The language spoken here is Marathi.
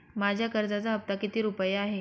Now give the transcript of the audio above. माझ्या कर्जाचा हफ्ता किती रुपये आहे?